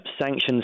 sanctions